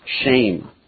shame